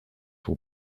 will